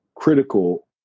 critical